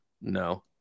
no